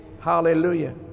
hallelujah